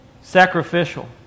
Sacrificial